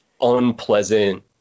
unpleasant